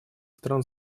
стран